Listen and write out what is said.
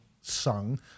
sung